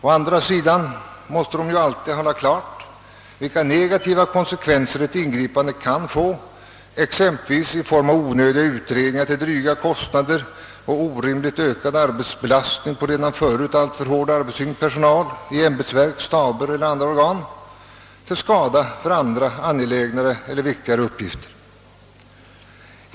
Å andra sidan måste de alltid hålla klart vilka negativa konsekvenser ett ingripande kan få exempelvis i form av onödiga utredningar till dryga kostnader och orimligt ökad arbetsbelastning på redan förut alltför hårt arbetstyngd personal i ämbetsverk, staber eller andra organ, till skada för angelägnare och viktigare uppgifter.